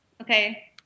Okay